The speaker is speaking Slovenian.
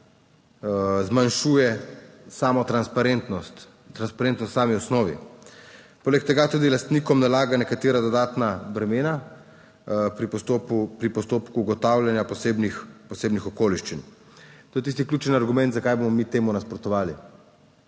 zmanjšuje samo transparentnost, transparentnost v sami osnovi. Poleg tega tudi lastnikom nalaga nekatera dodatna bremena pri postopku, pri postopku ugotavljanja posebnih, posebnih okoliščin. To je tisti ključen argument zakaj bomo mi temu nasprotovali,